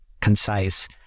concise